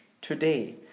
today